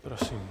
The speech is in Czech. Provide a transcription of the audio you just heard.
Prosím.